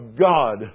God